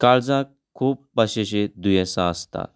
काळजाक खूब भाशेचीं दुयेंसां आसतात